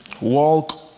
walk